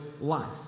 life